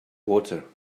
water